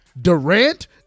Durant